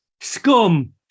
scum